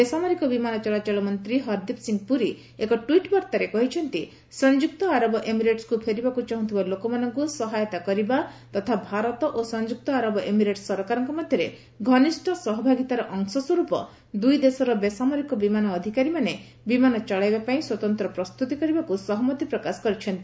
ବେସାମରିକ ବିମାନ ଚଳାଚଳ ମନ୍ତ୍ରୀ ହରଦୀପ ସିଂ ପୁରୀ ଏକ ଟ୍ୱିଟ୍ ବାର୍ତ୍ତାରେ କହିଛନ୍ତି ସଂଯୁକ୍ତ ଆରବ ଏମିରେଟ୍ସକୁ ଫେରିବାକୁ ଚାହୁଁଥିବା ଲୋକମାନଙ୍କୁ ସହାୟତା କରିବା ତଥା ଭାରତ ଓ ସଂଯୁକ୍ତ ଆରବ ଏମିରେଟ୍ସ ସରକାରଙ୍କ ମଧ୍ୟରେ ଘନିଷ୍ଠ ସହଭାଗିତାର ଅଂଶ ସ୍ପର୍ପ ଦୁଇ ଦେଶର ବେସାମରିକ ବିମାନ ଅଧିକାରୀମାନେ ବିମାନ ଚଳାଇବା ପାଇଁ ସ୍ୱତନ୍ତ୍ର ପ୍ରସ୍ତୁତି କରିବାକୁ ସହମତି ପ୍ରକାଶ କରିଛନ୍ତି